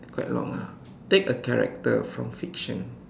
quite long ah take a character from fiction